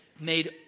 made